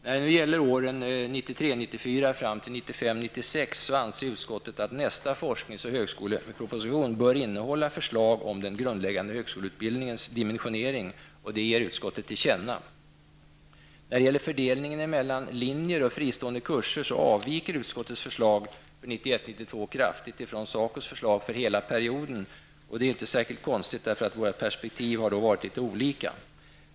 När det gäller åren 1993 96 anser utskottet att nästa forsknings och högskoleproposition bör innehålla förslag om den grundläggande högskoleutbildningens dimensionering. Detta ger utskottet till känna. kraftigt från SACOs förslag för hela perioden. Detta är inte särskilt konstigt, eftersom våra perspektiv har varit litet olika.